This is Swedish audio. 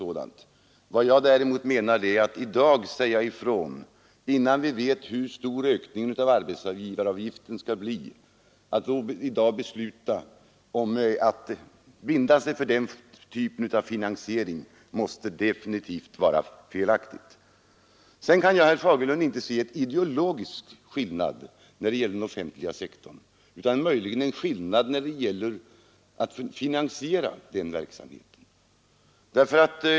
Däremot måste det definitivt vara felaktigt att besluta om att binda sig för finansiering genom arbetsgivaravgifter innan vi vet hur stor denna ökning av arbetsgivaravgiften skall bli. Jag kan inte, herr Fagerlund, se någon ideologisk skillnad när det gäller den offentliga sektorn. Möjligen finns en skillnad när det gäller att finansiera den verksamheten.